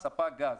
בהגדרה "ספק גז",